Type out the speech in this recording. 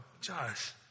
Josh